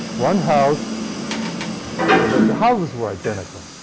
one house well, the houses were identical.